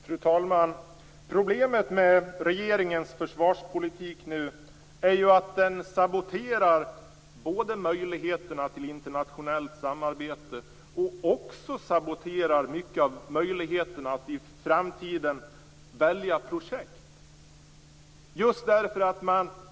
Fru talman! Problemet med regeringens försvarspolitik nu är att den saboterar både möjligheterna till internationellt samarbete och mycket av möjligheterna att i framtiden välja projekt.